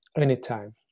anytime